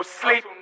sleep